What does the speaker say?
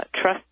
trust